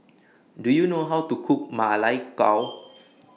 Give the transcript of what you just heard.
Do YOU know How to Cook Ma Lai Gao